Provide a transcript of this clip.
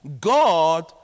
God